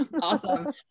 Awesome